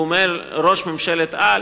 והוא מעין ראש ממשלת-על.